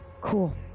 Cool